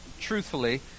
truthfully